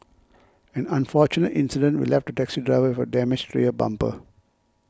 an unfortunate incident will left a taxi driver with a damaged rear bumper